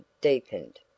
deepened